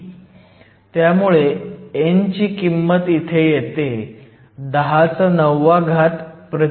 त्यामुळे n ची किंमत येते 109 m 3